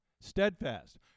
Steadfast